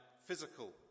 physical